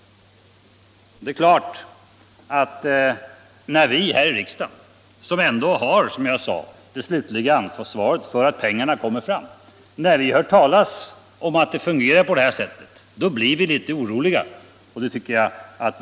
Det är klart att när vi här i riksdagen, som ändå har det slutliga ansvaret för att pengarna kommer fram, hör detta, blir vi litet oroliga. Herr talman!